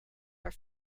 are